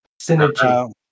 Synergy